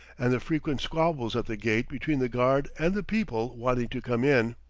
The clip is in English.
and the frequent squabbles at the gate between the guard and the people wanting to come in.